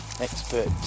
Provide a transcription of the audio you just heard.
expert